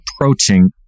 approaching